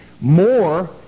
more